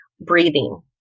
breathing